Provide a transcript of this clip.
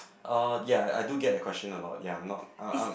uh ya I do get the question a lot ya I'm not I'm I'm